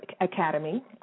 Academy